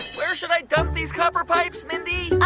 where should i dump these copper pipes, mindy?